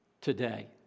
today